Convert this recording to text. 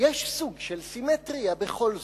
יש סוג של סימטריה בכל זאת: